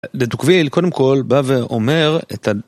לדה-טקוויל קודם כל בא ואומר את ה.